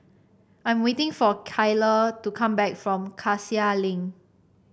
I'm waiting for Kyler to come back from Cassia Link